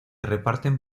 reparten